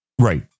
Right